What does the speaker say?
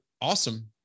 Awesome